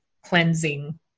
cleansing